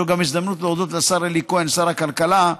זו ההזדמנות להודות לשר אלי כהן, שר הכלכלה,